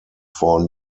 four